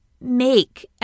make